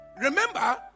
remember